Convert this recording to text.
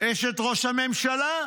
אשת ראש הממשלה,